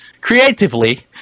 creatively